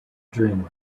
dreamland